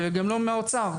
וגם לא האוצר,